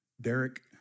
Derek